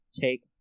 take